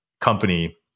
company